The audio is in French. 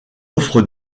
offrent